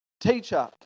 Teacher